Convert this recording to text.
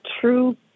true